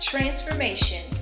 Transformation